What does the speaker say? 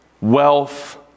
Wealth